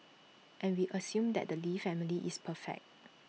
and we assume that the lee family is perfect